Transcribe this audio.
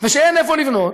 ושאין איפה לבנות.